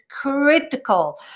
critical